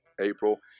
April